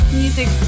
music